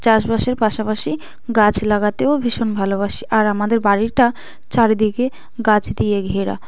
চাষবাসের পাশাপাশি গাছ লাগাতেও ভীষণ ভালোবাসি আর আমাদের বাড়িটা চারিদিকে গাছ দিয়ে ঘেরা